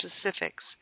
specifics